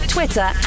Twitter